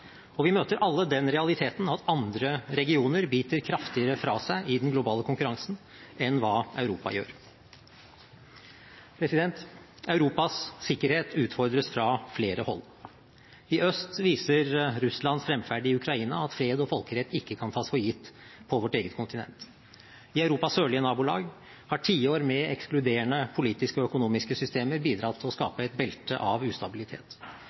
Og vi møter alle den realiteten at andre regioner biter kraftigere fra seg i den globale konkurransen enn hva Europa gjør. Europas sikkerhet utfordres fra flere hold. I øst viser Russlands fremferd i Ukraina at fred og folkerett ikke kan tas for gitt på vårt eget kontinent. I Europas sørlige nabolag har tiår med ekskluderende politiske og økonomiske systemer bidratt til å skape et belte av ustabilitet.